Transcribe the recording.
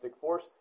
force